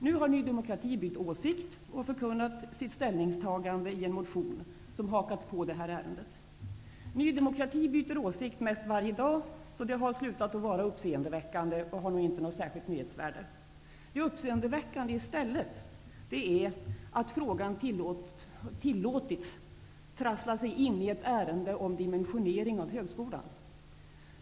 Nu har Ny demokrati bytt åsikt och förkunnat sitt ställningstagande i en motion som hakats på detta ärende. Ny demokrati byter åsikt mest varje dag, så det har slutat att vara uppseendeväckande eller ha något särskilt nyhetsvärde. Det uppseendeväckande är i stället att frågan tillåtits trassla sig in i ett ärende om dimensioneringen av högskolan.